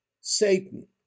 Satan